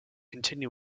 continue